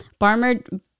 Barmer